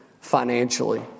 financially